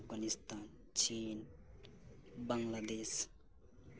Afghanistan China Bangladesh